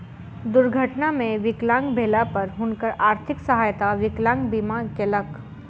दुर्घटना मे विकलांग भेला पर हुनकर आर्थिक सहायता विकलांग बीमा केलक